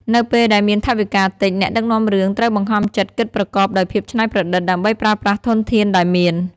នៅពេលដែលមានថវិកាតិច អ្នកដឹកនាំរឿងត្រូវបង្ខំចិត្តគិតប្រកបដោយភាពច្នៃប្រឌិត ដើម្បីប្រើប្រាស់ធនធានដែលមាន។